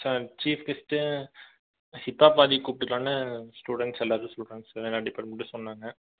sir chief guest hip hop ஆதியை கூப்பிட்டுக்கலாம்னு students எல்லாரும் சொல்றாங்க சார் எல்லா டிப்பார்ட்மென்ட்லையும் சொன்னாங்க